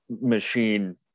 machine